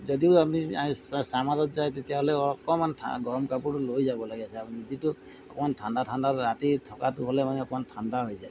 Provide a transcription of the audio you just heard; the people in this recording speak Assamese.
যদিও আপুনি চামাৰত যায় তেতিয়াহ'লে অকণমান গৰম কাপোৰটো লৈ যাব লাগে যিটো অকণমান ঠাণ্ডা ঠাণ্ডা ৰাতি থকাটো হ'লে মানে অকণমান ঠাণ্ডা হৈ যায়